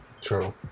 True